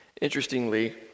Interestingly